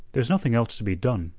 there's nothing else to be done,